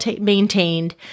maintained